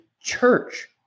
Church